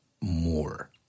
more